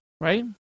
right